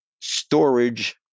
storage